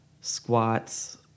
squats